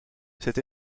cette